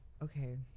Okay